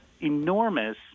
enormous